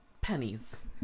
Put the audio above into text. pennies